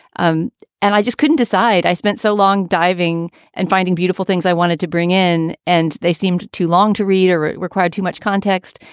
um and i just couldn't decide. i spent so long diving and finding beautiful things i wanted to bring in and they seemed too long to read or it required too much context.